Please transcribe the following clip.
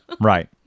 Right